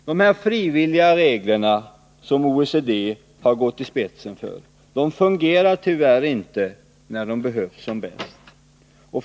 Dessa frivilliga regler, som OECD har gått i spetsen för, fungerar tyvärr inte när de behövs som bäst.